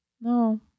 No